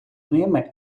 ними